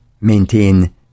maintain